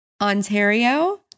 Ontario